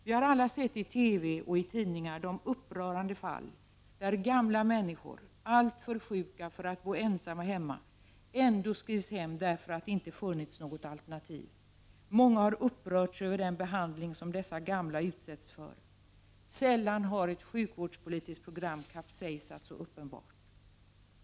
Vi har alla i TV och tidningar sett upprörande fall där gamla människor, alltför sjuka att bo ensamma hemma, ändå skrivits ut och skickats hem därför att det inte funnits något alternativ. Många har upprörts över den behandling som dessa gamla utsatts för. Sällan har ett sjukvårdspolitiskt program kapsejsat så uppenbart.